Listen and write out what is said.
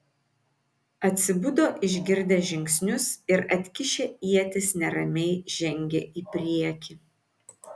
atsibudo išgirdę žingsnius ir atkišę ietis neramiai žengė į priekį